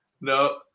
No